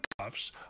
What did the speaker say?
cuffs